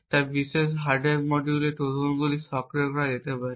তা বিশেষ হার্ডওয়্যার মডিউলে ট্রোজানগুলি সক্রিয় করা যেতে পারে